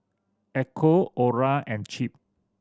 Echo Orra and Chip